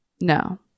no